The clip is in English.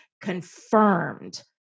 confirmed